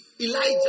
Elijah